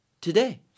today